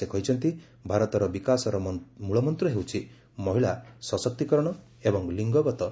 ସେ କହିଛନ୍ତି ଭାରତର ବିକାଶର ମୂଳମନ୍ତ୍ର ହେଉଛି ମହିଳା ସଶକ୍ତିକରଣ ଏବଂ ଲିଙ୍ଗଗତ ସମାନତା